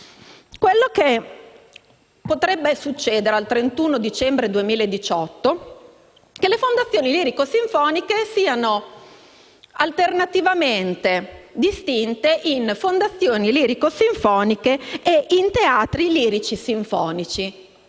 quello che potrebbe succedere al 31 dicembre 2018, e cioè che le fondazioni lirico-sinfoniche siano alternativamente distinte in fondazioni lirico-sinfoniche e in teatri lirico-sinfonici.